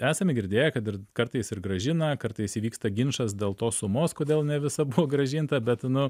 esame girdėję kad ir kartais ir grąžina kartais įvyksta ginčas dėl tos sumos kodėl ne visa buvo grąžinta bet nu